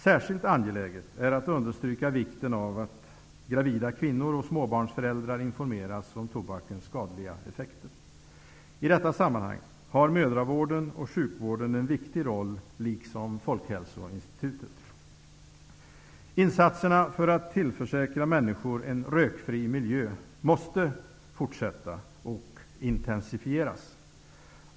Särskilt angeläget är att understryka vikten av att gravida kvinnor och småbarnsföräldrar informeras om tobakens skadliga effekter. I detta sammanhang har mödravården och sjukvården en viktig roll, liksom Insatserna för att tillförsäkra människor en rökfri miljö måste fortsätta och intensifieras.